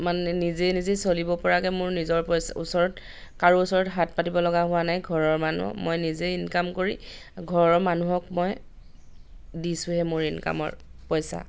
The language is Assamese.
মানে নিজে নিজেই চলিব পৰাকৈ মোৰ নিজৰ পইচা ওচৰত কাৰো ওচৰত হাত পাতিব লগা হোৱা নাই ঘৰৰ মানুহ মই নিজেই ইনকাম কৰি ঘৰৰ মানুহক মই দিছোঁহে মোৰ ইনকামৰ পইচা